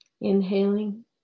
Inhaling